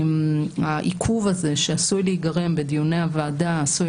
העיכוב הזה שעשוי להיגרם בדיוני הוועדה עשוי